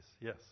Yes